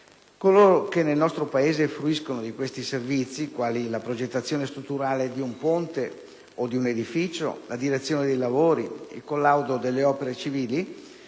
Coloro che nel nostro Paese fruiscono di questi servizi, quali la progettazione strutturale di un ponte o di un edificio, la direzione dei lavori o il collaudo di opere civili,